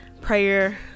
prayer